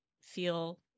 feel